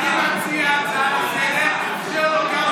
תציע הצעה לסדר-היום,